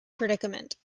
predicament